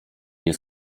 nie